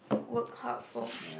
work hard for